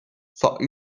though